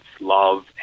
love